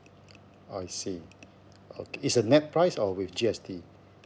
I see o~ is a net price or with G_S_T